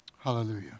Hallelujah